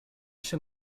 się